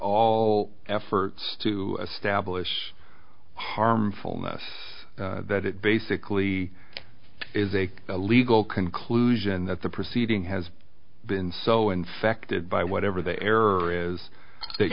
all efforts to establish harmfulness that it basically is a legal conclusion that the proceeding has been so infected by whatever the error is